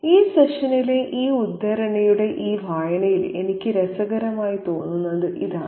ഈ സെഷനിലെ ഈ ഉദ്ധരണിയുടെ ഈ വായനയിൽ എനിക്ക് രസകരമായി തോന്നുന്നത് ഇതാണ്